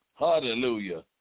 Hallelujah